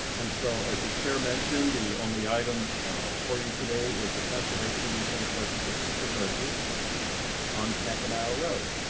and so, as the chair mentioned, the only item for you today is a conservation easement for the sisters of mercy on campanile road.